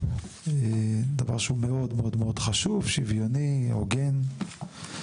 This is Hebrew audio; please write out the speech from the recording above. דבר שהוא מאוד מאוד חשוב, שוויוני, הוגן.